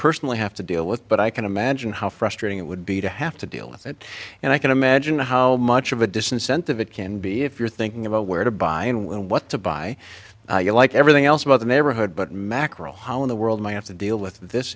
personally have to deal with but i can imagine how frustrating it would be to have to deal with it and i can imagine how much of a disincentive it can be if you're thinking about where to buy and what to buy you like everything else about the neighborhood but mackerel how in the world might have to deal with this